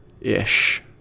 Ish